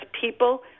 people